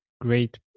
great